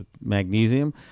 magnesium